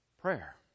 prayer